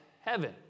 heaven